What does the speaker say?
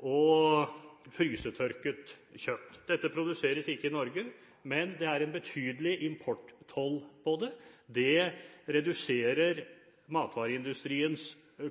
og frysetørket kjøtt. Dette produseres ikke i Norge, men det er en betydelig importtoll på det. Det reduserer matvareindustriens